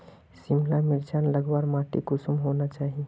सिमला मिर्चान लगवार माटी कुंसम होना चही?